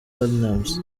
platnumz